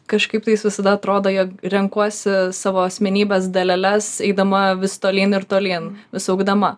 kažkaip tais visada atrodo jog renkuosi savo asmenybės daleles eidama vis tolyn ir tolyn vis augdama